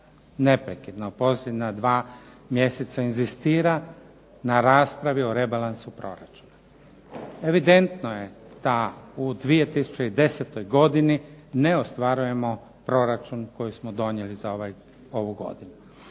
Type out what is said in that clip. neprekidno posljednja dva mjeseca inzistira na raspravi o rebalansu proračuna. Evidentno je da u 2010. godini ne ostvarujemo proračun koji smo donijeli za ovu godinu,